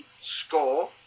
score